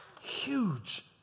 huge